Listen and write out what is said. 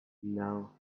now